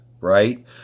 right